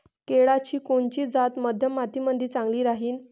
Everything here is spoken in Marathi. केळाची कोनची जात मध्यम मातीमंदी चांगली राहिन?